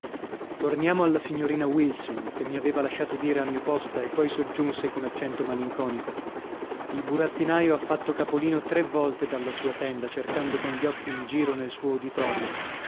torniamo alla signorina wilson che mi aveva lasciato dire a mia posta e poi soggiunse con accento malinconico il burattinaio ha fatto capolino tre volte dalla sua tenda cercando con gli occhi in giro nel suo uditorio